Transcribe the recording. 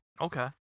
Okay